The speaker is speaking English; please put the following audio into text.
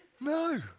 No